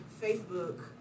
Facebook